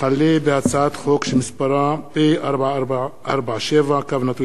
הצעת חוק הפרסומות (איסור ביזוי נשים